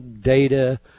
data